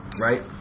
right